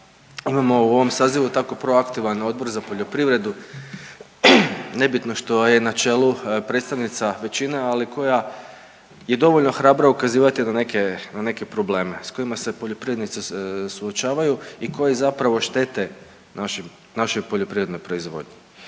imamo u ovom sazivu tako proaktivan Odbor za poljoprivredu, nebitno što je na čelu predstavnica većine, ali koja je dovoljno hrabra ukazivati na neke probleme s kojima se poljoprivrednici suočavaju i koji zapravo štete našim, našoj poljoprivrednoj proizvodnji